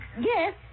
Yes